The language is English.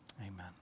Amen